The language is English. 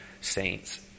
saints